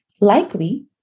Likely